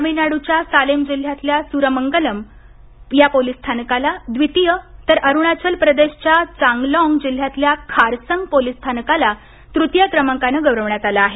तमिळनाडूच्या सालेम जिल्ह्यातल्या सुरमंगलम पोलिस स्थानकाला द्वितीय आणि अरुणाचल प्रदेशच्या चांगलाँग जिल्ह्यातल्या खारसंग पोलिस स्थांनाकाला तृतीय क्रमांकाने गौरवण्यात आले आहे